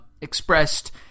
expressed